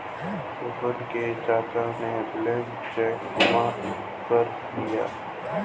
सोहन के चाचा ने ब्लैंक चेक गुम कर दिया